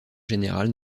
général